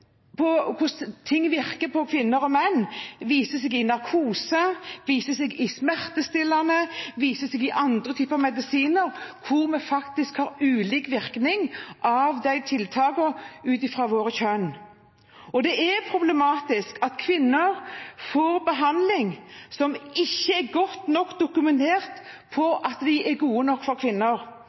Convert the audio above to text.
menn, viser seg i narkose, viser seg i smertestillende og viser seg i andre typer medisiner hvor vi faktisk har ulik virkning av tiltakene ut ifra vårt kjønn. Det er problematisk at kvinner får behandling som ikke er godt nok dokumentert med tanke på om den er god nok for kvinner,